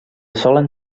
solen